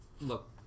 look